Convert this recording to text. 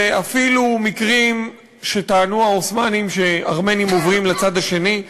ואפילו מקרים שטענו העות'מאנים שארמנים עוברים לצד השני,